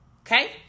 Okay